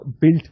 built